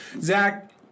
Zach